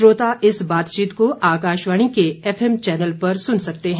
श्रोता इस बातचीत को आकाशवाणी के एफएम चैनल पर सुन सकते हैं